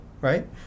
right